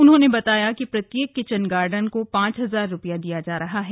उन्होंने बताया कि प्रत्येक किचन गार्डन को पांच हजार रुपया दिया जा रहा है